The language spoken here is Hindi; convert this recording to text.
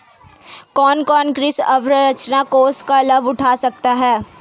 कौन कौन कृषि अवसरंचना कोष का लाभ उठा सकता है?